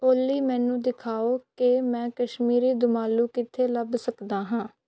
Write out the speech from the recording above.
ਓਲੀ ਮੈਨੂੰ ਦਿਖਾਓ ਕਿ ਮੈਂ ਕਸ਼ਮੀਰੀ ਦੁਮ ਆਲੂ ਕਿੱਥੇ ਲੱਭ ਸਕਦਾ ਹਾਂ